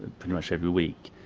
and pretty much every week.